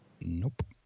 Nope